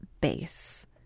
base